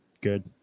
good